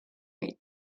gate